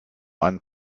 einen